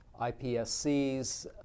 IPSCs